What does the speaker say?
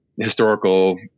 historical